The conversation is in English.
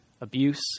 abuse